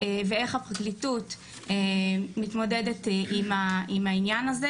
ואיך הפרקליטות מתמודדת עם הענין הזה.